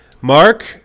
Mark